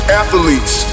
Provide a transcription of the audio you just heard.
athletes